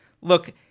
look